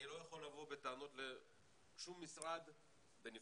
אני לא יכול לבוא בטענות לשום משרד בנפרד,